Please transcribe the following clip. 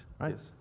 right